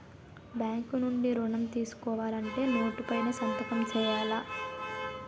bank నుండి ఋణం తీసుకోవాలంటే నోటు పైన సంతకం సేయాల